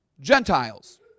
Gentiles